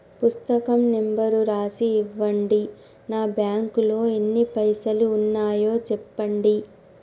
పుస్తకం నెంబరు రాసి ఇవ్వండి? నా బ్యాంకు లో ఎన్ని పైసలు ఉన్నాయో చెప్పండి?